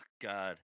God